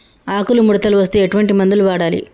ఆకులు ముడతలు వస్తే ఎటువంటి మందులు వాడాలి?